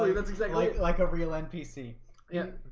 ah like like like a real npc and